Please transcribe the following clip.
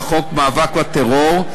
חוק המאבק בטרור,